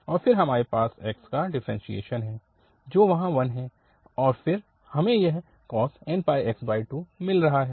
और फिर हमारे पास x का डिफ्रेंशियेशन है जो यहाँ 1 है और फिर हमें यह cos nπx2 मिल रहा है